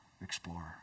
explorer